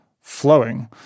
flowing